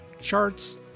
charts